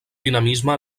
dinamisme